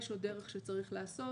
יש עוד דרך שצריך לעשות.